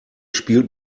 spielt